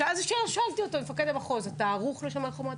ושאלתי אותו: "אתה ערוך ל-"שומר החומות"